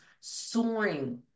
soaring